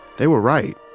they were right,